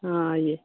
हाँ आइए